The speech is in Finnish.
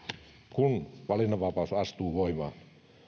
kun valinnanvapaus astuu voimaan